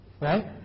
right